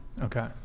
Okay